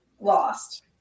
lost